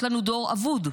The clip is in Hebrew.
יש לנו דור אבוד.